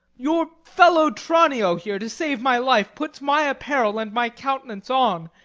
your fellow tranio here, to save my life, puts my apparel and my count'nance on,